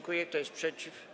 Kto jest przeciw?